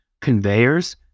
conveyors